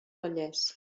vallès